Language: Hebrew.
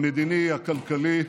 המדיני, הכלכלי,